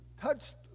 touched